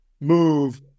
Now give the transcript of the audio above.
move